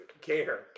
care